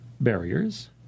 barriers